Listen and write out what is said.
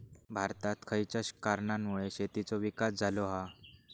भारतात खयच्या कारणांमुळे शेतीचो विकास झालो हा?